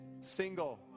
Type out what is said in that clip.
single